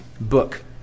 book